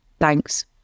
Thanks